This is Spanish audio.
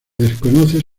desconoce